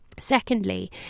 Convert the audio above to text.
Secondly